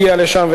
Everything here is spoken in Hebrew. הגיע לשם.